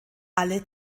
alle